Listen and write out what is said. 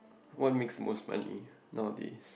what makes the most money nowadays